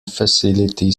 facility